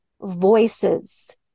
voices